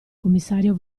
commissario